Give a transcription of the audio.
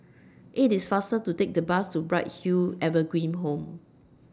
IT IS faster to Take The Bus to Bright Hill Evergreen Home